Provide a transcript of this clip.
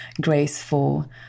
graceful